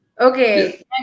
Okay